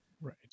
right